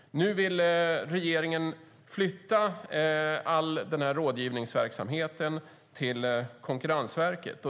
Nu vill regeringen flytta all denna rådgivningsverksamhet till Konkurrensverket.